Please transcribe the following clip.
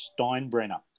Steinbrenner